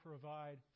provide